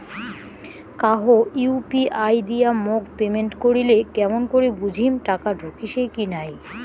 কাহো ইউ.পি.আই দিয়া মোক পেমেন্ট করিলে কেমন করি বুঝিম টাকা ঢুকিসে কি নাই?